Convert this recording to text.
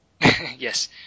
Yes